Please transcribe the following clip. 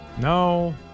No